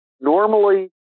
Normally